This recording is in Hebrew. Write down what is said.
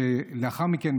שלאחר מכן,